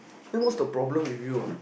then what's the problem with you ah